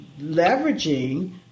leveraging